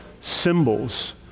symbols